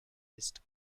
ist